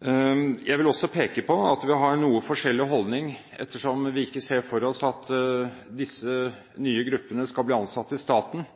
Jeg vil også peke på at vi har en noe forskjellig holdning ettersom vi ikke ser for oss at disse nye gruppene skal bli ansatt i staten,